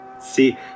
see